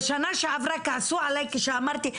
בשנה שעברה כעסו עליי כשאמרתי,